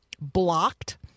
blocked